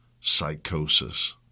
psychosis